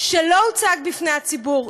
שלא הוצג בפני הציבור.